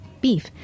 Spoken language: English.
beef